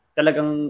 talagang